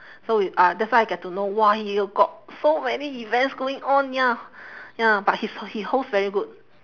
so we uh that's why I get to know !wah! he got so many events going on ya ya but his he host very good